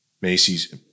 Macy's